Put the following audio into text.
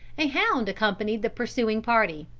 a hound accompanied the pursuing party.